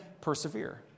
persevere